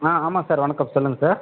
ஆமாம் சார் வணக்கம் சொல்லுங்கள் சார்